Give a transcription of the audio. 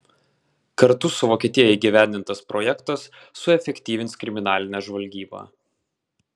kartu su vokietija įgyvendintas projektas suefektyvins kriminalinę žvalgybą